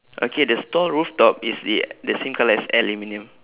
okay the stall rooftop is the the same colour as aluminium